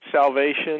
salvation